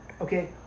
okay